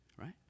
right